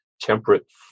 temperate